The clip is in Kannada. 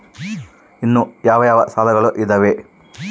ಇನ್ನು ಯಾವ ಯಾವ ಸಾಲಗಳು ಇದಾವೆ?